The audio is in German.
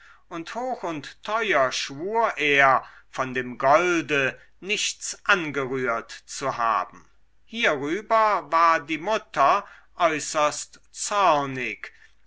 und hoch und teuer schwur er von dem golde nichts angerührt zu haben hierüber war die mutter äußerst